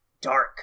dark